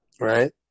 Right